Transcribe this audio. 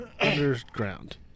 Underground